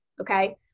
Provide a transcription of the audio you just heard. Okay